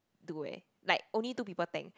do eh like only two people tank